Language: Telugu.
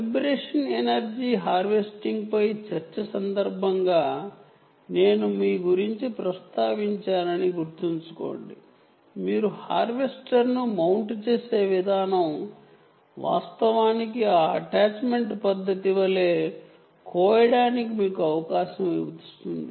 వైబ్రేషన్ ఎనర్జీ హార్వెస్టింగ్ పై చర్చ సందర్భంగా నేను ప్రస్తావించానని గుర్తుంచుకోండి మీరు హార్వెస్టర్ను మౌంట్ చేసే విధానం వాస్తవానికి ఆ అటాచ్మెంట్ పద్దతి ని బట్టి హార్వెస్ట్ చేయగలరు